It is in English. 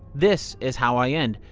this is how i end.